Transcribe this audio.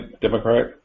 Democrat